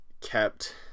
kept